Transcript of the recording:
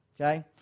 okay